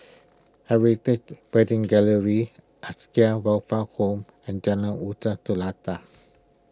Heritage Wedding Gallery Acacia Welfare Home and Jalan Uta Seletar